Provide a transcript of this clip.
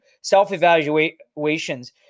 self-evaluations